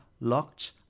locked